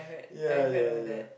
ya ya ya